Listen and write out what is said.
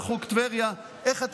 בחוק טבריה,